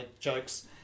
jokes